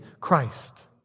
Christ